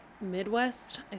Midwest